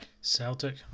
Celtic